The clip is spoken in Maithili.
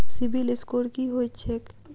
सिबिल स्कोर की होइत छैक?